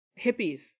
hippies